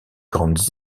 grandes